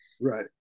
Right